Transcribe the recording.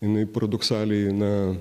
jinai paradoksaliai na